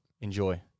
Enjoy